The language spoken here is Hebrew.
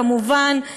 כמובן,